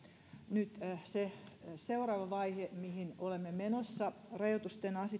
nyt se seuraava vaihe mihin olemme menossa rajoitusten